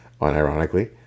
unironically